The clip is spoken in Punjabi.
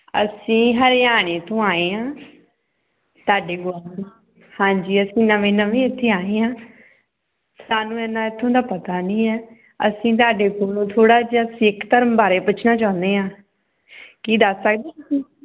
ਅਸੀਂ ਹਰਿਆਣੇ ਤੋਂ ਆਏ ਹਾਂ ਤੁਹਾਡੇ ਗੁਆਂਢੀ ਹਾਂਜੀ ਅਸੀਂ ਨਵੇਂ ਨਵੇਂ ਇੱਥੇ ਆਏ ਹਾਂ ਸਾਨੂੰ ਇੰਨਾ ਇੱਥੋਂ ਦਾ ਪਤਾ ਨਹੀਂ ਹੈ ਅਸੀਂ ਤੁਹਾਡੇ ਕੋਲੋਂ ਥੋੜ੍ਹਾ ਜਿਹਾ ਸਿੱਖ ਧਰਮ ਬਾਰੇ ਪੁੱਛਣਾ ਚਾਹੁੰਦੇ ਹਾਂ ਕੀ ਦੱਸ ਸਕਦੇ ਹੋ ਤੁਸੀਂ